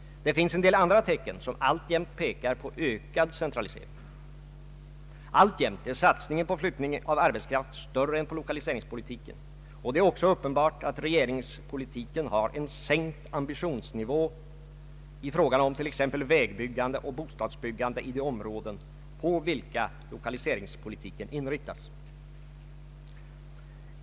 Det finns en del andra tecken som alltjämt pekar på ökad centralisering. Alltjämt är satsningen på flyttning av arbets kraft större än på lokaliseringspolitiken, och det är uppenbart att regeringspolitiken har en sänkt ambitionsnivå i fråga om t.ex. vägbyggande och bostasbyggande i de områden på vilka lokaliseringspolitiken inriktas.